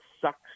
sucks